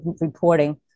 reporting